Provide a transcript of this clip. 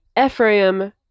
Ephraim